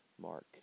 Mark